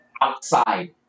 outside